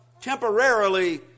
temporarily